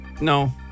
No